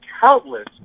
countless